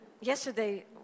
yesterday